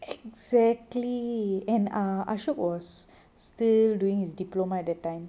exactly and ah ashok was still doing his diploma at the time